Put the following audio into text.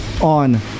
on